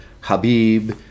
Habib